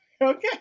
Okay